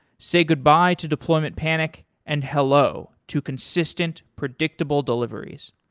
say goodbye to deployment panic and hello to consistent, predictable deliveries.